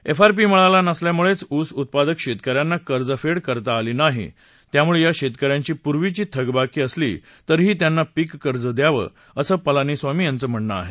FRP मिळाला नसल्यामुळेच ऊस उत्पादक शेतकऱ्यांना कर्जफेड करता आली नाही त्यामुळे या शेतकऱ्यांची पूर्वीची थकबाकी असली तरीही त्यांना पीककर्ज द्यावं असं पलानीस्वामी यांचं म्हणणं आहे